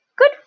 good